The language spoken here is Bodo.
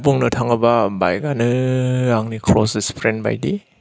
बुंनो थाङोबा बाइकानो आंनि क्लजेस्त फ्रेन्द बायदि